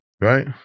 Right